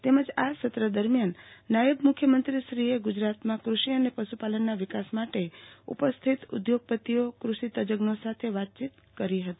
તેમજ આ સત્ર દરમ્યાન નાયબ મુખ્યમંત્રીએ ગુજરાતમાં કૃષિ અને પશુપાલનના વિકાસ માટે ઉપસ્થિત ઉધોગપતિઓ કૃષિ તજજો સાથે વાતચીત કરી હતી